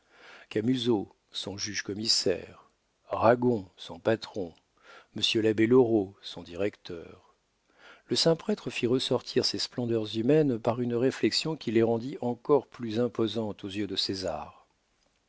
commerce camusot son juge commissaire ragon son patron monsieur l'abbé loraux son directeur le saint prêtre fit ressortir ces splendeurs humaines par une réflexion qui les rendit encore plus imposantes aux yeux de césar